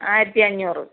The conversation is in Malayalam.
ആയിരത്തിയഞ്ഞൂറ്